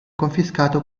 confiscato